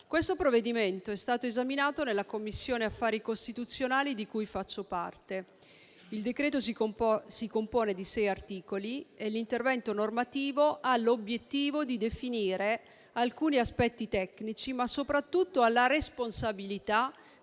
Questo provvedimento è stato esaminato nella Commissione affari costituzionali di cui faccio parte. Il decreto si compone di sei articoli e l'intervento normativo ha l'obiettivo di definire alcuni aspetti tecnici, ma soprattutto ha la responsabilità